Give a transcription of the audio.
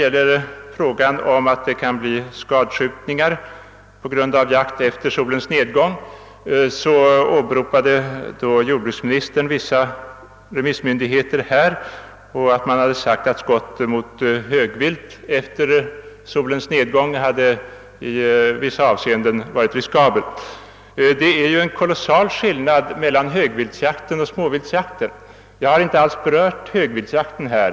I fråga om risken för skadskjutningar på grund av jakt efter solens nedgång åberopade jordbruksministern vissa remissmyndigheter. Det hade sagts att skott mot högvilt efter solens nedgång i vissa avseenden varit riskabla. Det är ju en kolossal skillnad mellan högviltjakt och småviltjakt. Jag har inte alls berört högviltjakten här.